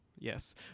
Yes